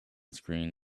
screen